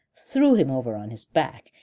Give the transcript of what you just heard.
threw him over on his back,